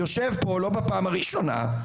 יושב פה לא בפעם הראשונה,